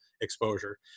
exposure